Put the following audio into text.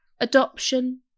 Adoption